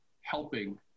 helping